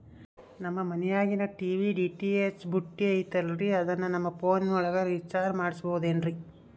ನಮ್ಮ ಮನಿಯಾಗಿನ TV DTH ಪುಟ್ಟಿ ಐತಲ್ರೇ ಅದನ್ನ ನನ್ನ ಪೋನ್ ಒಳಗ ರೇಚಾರ್ಜ ಮಾಡಸಿಬಹುದೇನ್ರಿ?